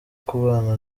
kubana